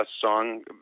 song